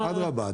אדרבה,